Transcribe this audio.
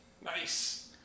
Nice